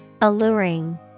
Alluring